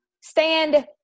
Stand